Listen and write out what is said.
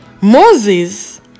Moses